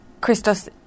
Christos